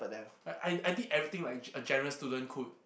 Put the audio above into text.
I I did everything like a ge~ a general student could